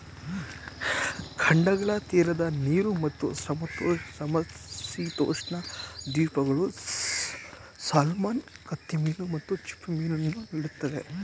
ಖಂಡಗಳ ತೀರದ ನೀರು ಮತ್ತು ಸಮಶೀತೋಷ್ಣ ದ್ವೀಪಗಳು ಸಾಲ್ಮನ್ ಕತ್ತಿಮೀನು ಮತ್ತು ಚಿಪ್ಪುಮೀನನ್ನು ನೀಡ್ತದೆ